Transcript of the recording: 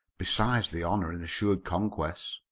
besides the honour in assured conquests,